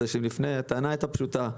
שם הטענה היתה פשוטה: